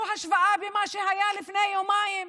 לשמחתי היום הצלחנו לפרק את הדבר הזה כך שמתווה הפתיחה,